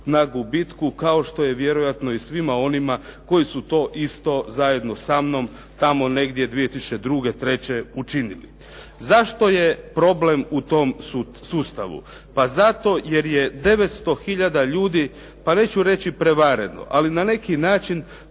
na gubitku kao što je vjerojatno i svima onima koji su to isto zajedno sa mnom tamo negdje 2002., treće učinili. Zašto je problem u tom sustavu? Pa zato jer je 900 tisuća ljudi pa neću reći prevareno, ali na neki način